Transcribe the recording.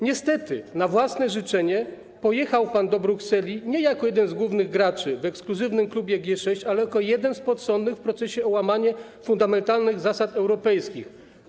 Niestety na własne życzenie pojechał pan do Brukseli nie jako jeden z głównych graczy w ekskluzywnym klubie G6, ale jako jeden z podsądnych w procesie o łamanie fundamentalnych zasad europejskich.